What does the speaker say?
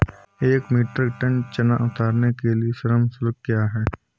एक metric ton चना उतारने के लिए श्रम शुल्क क्या है?